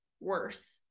worse